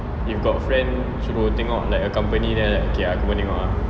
if got friend suruh tengok like accompany then I like okay ah aku pun tengok ah